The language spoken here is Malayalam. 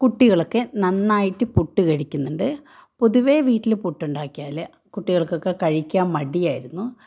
കുട്ടികളൊക്കെ നന്നായിട്ട് പുട്ട് കഴിക്കുന്നുണ്ട് പൊതുവെ വീട്ടിൽ പുട്ടുണ്ടാക്കിയാൽ കുട്ടികൾക്കൊക്കെ കഴിക്കാൻ മടിയായിരുന്നു